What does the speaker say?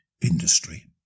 industry